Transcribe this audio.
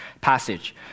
passage